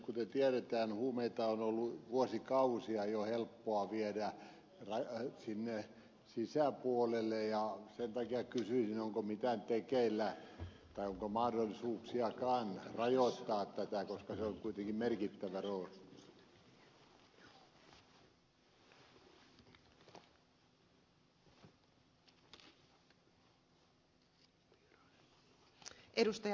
kuten tiedetään huumeita on ollut vuosikausia jo helppoa viedä sinne sisäpuolelle ja sen takia kysyisin onko mitään tekeillä tai onko mahdollisuuksiakaan rajoittaa tätä koska se on kuitenkin merkittävässä roolissa